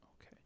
Okay